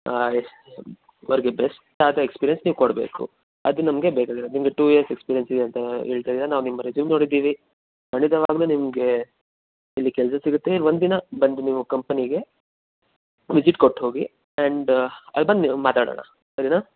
ಅವ್ರಿಗೆ ಬೆಸ್ಟಾದ ಎಕ್ಸ್ಪೀರಿಯೆನ್ಸ್ ನೀವು ಕೊಡಬೇಕು ಅದು ನಮಗೆ ಬೇಕಾಗಿರೋದು ನಿಮಗೆ ಟೂ ಇಯರ್ಸ್ ಎಕ್ಸ್ಪೀರಿಯೆನ್ಸ್ ಇದೆ ಅಂತ ಹೇಳ್ತಾಯಿದ್ದೀರ ನಾವು ನಿಮ್ಮ ರೆಸ್ಯೂಮ್ ನೋಡಿದ್ದೀವಿ ಖಂಡಿತವಾಗಲೂ ನಿಮಗೆ ಇಲ್ಲಿ ಕೆಲಸ ಸಿಗುತ್ತೆ ಇನ್ನು ಒಂದಿನ ಬಂದು ನೀವು ಕಂಪನಿಗೆ ವಿಸಿಟ್ ಕೊಟ್ಟು ಹೋಗಿ ಆ್ಯಂಡ್ ಅಲ್ಲಿ ಬಂದು ನೀವು ಮಾತಾಡೋಣ ಸರೀನಾ